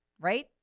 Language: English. Right